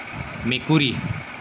মেকুৰী